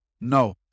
No